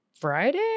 Friday